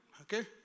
Okay